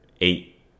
eight